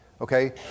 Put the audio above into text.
Okay